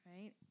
Right